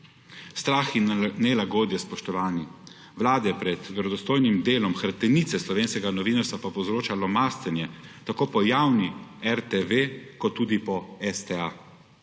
Strah in nelagodje, spoštovani, vlade pred verodostojnim delom hrbtenice slovenskega novinarstva pa povzroča lomastenje tako po javni RTV, kot tudi po STA.